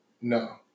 no